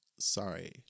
Sorry